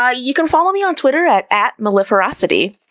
ah you can follow me on twitter at at melliferocity.